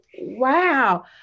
wow